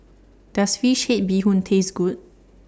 Does Fish Head Bee Hoon Taste Good